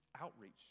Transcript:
outreach